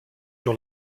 sur